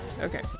Okay